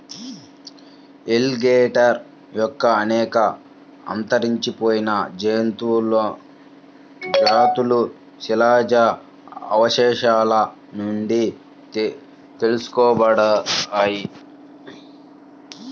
alligator యొక్క అనేక అంతరించిపోయిన జాతులు శిలాజ అవశేషాల నుండి తెలుసుకోబడ్డాయి